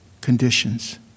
conditions